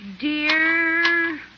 Dear